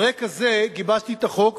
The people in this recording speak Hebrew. על רקע זה גיבשתי את החוק,